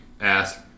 Ass